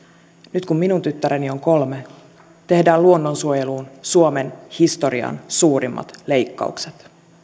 nyt kun minun tyttäreni on kolme tehdään luonnonsuojeluun suomen historian suurimmat leikkaukset